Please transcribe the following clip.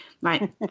Right